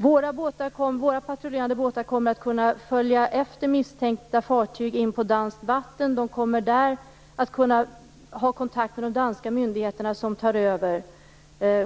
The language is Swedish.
Våra patrullerande båtar kommer att kunna följa efter misstänkta fartyg in på danskt vatten och kommer där att kunna ha kontakt med de danska myndigheterna, som tar över